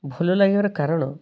ଭଲ ଲାଗିବାର କାରଣ